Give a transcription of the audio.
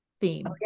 theme